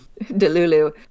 Delulu